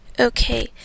Okay